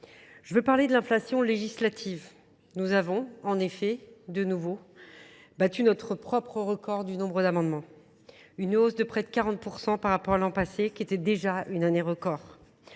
Je veux parler de l'inflation législative. Nous avons, en effet, de nouveau battu notre propre record du nombre d'amendements. Une hausse de près de 40 % par rapport à l'an passé qui était déjà une année record.